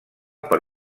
per